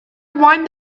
rewind